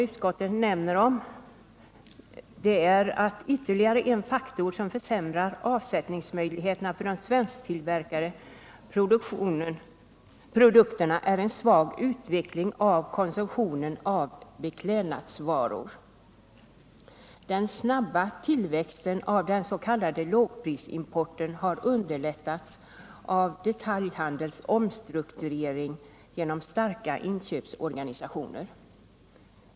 Utskottet nämner vidare att ytterligare en faktor som försämrar avsättningsmöjligheterna för de svensktillverkade produkterna är en svag utvecklingav konsumtionen av beklädnadsvaror. Den snabba tillväxten av den s.k. lågprisimporten har underlättats av detaljhandelns omstrukturering genom starka inköpsorganisationer.